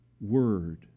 word